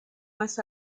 más